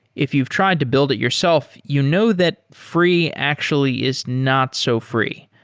if you've tried to build it yourself, you know that free actually is not so free.